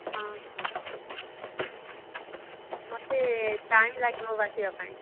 ହଁ ମୋତେ ଟାଇମ୍ ଲାଗିବ ବାଛିବା ପାଇଁ